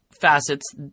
facets